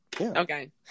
okay